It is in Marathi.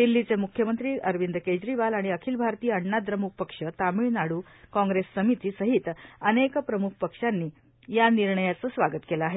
दिल्लीचे मुख्यमंत्री अरविंद केजरीवाल आणि अखिल भारतीय अण्णाद्रमुख पक्ष तामिळनाडू काँग्रेस समिती सहित अनेक प्रमुख राजकीय पक्षांनी या निर्णयाचं स्वागत केलं आहे